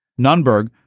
Nunberg